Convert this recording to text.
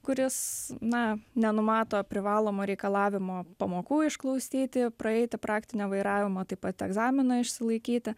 kuris na nenumato privalomo reikalavimo pamokų išklausyti praeiti praktinę vairavimo taip pat egzaminą išsilaikyti